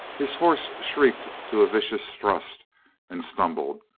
his horse shrieked to a vicious thrust and stumbled.